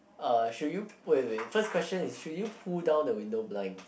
uh should you wait wait first question is should you pull down the window blinds